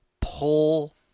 pull